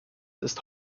ist